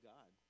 God